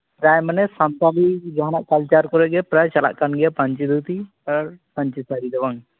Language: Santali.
ᱯᱨᱟᱭ ᱢᱟᱱᱮ ᱥᱟᱱᱛᱟᱞᱤ ᱡᱟᱦᱟᱸᱱᱟᱜ ᱠᱟᱞᱪᱟᱨ ᱠᱚᱨᱮ ᱜᱮ ᱯᱨᱟᱭ ᱪᱟᱞᱟᱜ ᱠᱟᱱ ᱜᱮᱭᱟ ᱯᱟᱧᱪᱤ ᱫᱷᱩᱛᱤ ᱟᱨ ᱯᱟᱧᱪᱤ ᱥᱟᱲᱤ ᱫᱚ ᱵᱟᱝ